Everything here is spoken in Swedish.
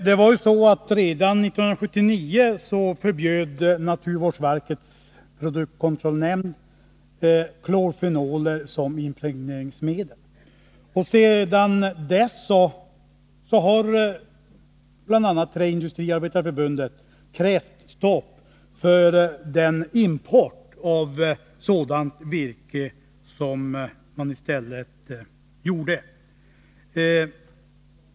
Herr talman! Redan 1979 förbjöd naturvårdsverkets produktkontrollnämnd klorfenoler som impregneringsmedel. Sedan dess har bl.a. Träindustriarbetareförbundet krävt stopp för en import som i stället sker av sådant virke.